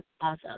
awesome